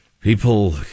People